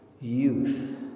youth